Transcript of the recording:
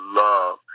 love